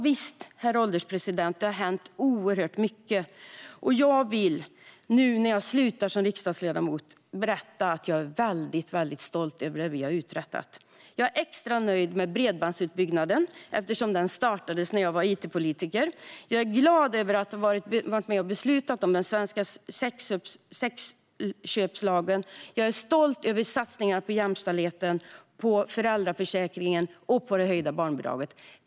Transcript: Visst har det hänt oerhört mycket, herr ålderspresident, och nu när jag slutar som riksdagsledamot vill jag berätta att jag är väldigt stolt över det vi har uträttat. Jag är extra nöjd med bredbandsutbyggnaden, eftersom den startades när jag var it-politiker. Jag är glad över att ha varit med och beslutat om den svenska sexköpslagen. Jag är stolt över satsningarna på jämställdheten, föräldraförsäkringen och det höjda barnbidraget.